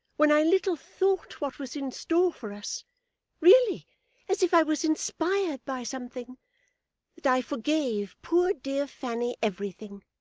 when i little thought what was in store for us really as if i was inspired by something that i forgave poor dear fanny everything.